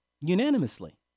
unanimously